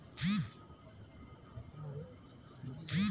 सामान आयात निर्यात कइले पर टैरिफ टैक्स देवे क पड़ेला